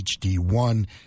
HD1